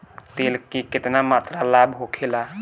तेल के केतना मात्रा लाभ होखेला?